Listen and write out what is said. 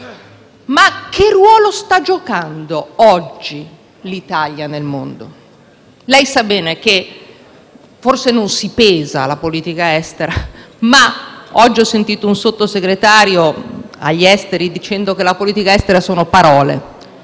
Ma che ruolo sta giocando oggi l'Italia nel mondo? Forse non si pesa la politica estera; oggi ho sentito un Sottosegretario agli esteri dire che la politica estera sono parole.